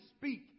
speak